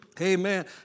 Amen